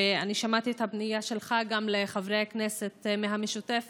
ואני שמעתי את הפנייה שלך גם לחברי הכנסת מהמשותפת,